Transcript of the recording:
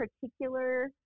particular